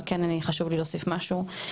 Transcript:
אבל כן חשוב לי להוסיף משהו.